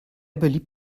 beliebt